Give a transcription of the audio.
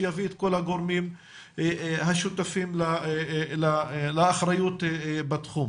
שיביא את כל הגורמים השותפים לאחריות בתחום.